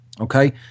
okay